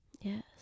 Yes